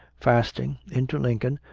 fasting, into lincoln,